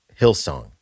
hillsong